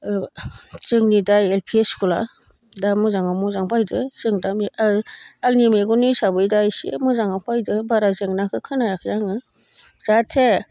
जोंनि दा L P स्कुला दा मोजाङाव मोजां फैदो जों दा आंनि मेगननि हिसाबै दा इसे मोजाङाव फैदो बारा जेंनाखौ खोनायाखै आङो जाहाथे